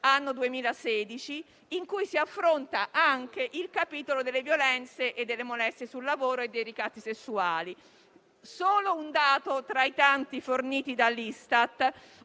2016, in cui si affronta anche il capitolo delle violenze e delle molestie sul lavoro e dei ricatti sessuali. Richiamo solo un dato tra i tanti forniti dall'Istat: